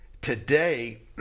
Today